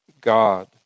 God